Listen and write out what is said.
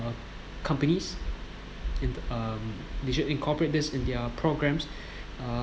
uh companies in the um they should incorporate this in their programmes uh